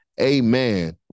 Amen